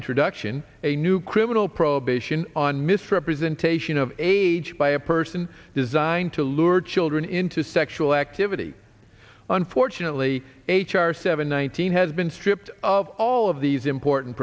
introduction a new criminal prohibition on misrepresentation of age by a person designed to lure children into sexual activity unfortunately h r seven one thousand has been stripped of all of these important